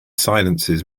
silences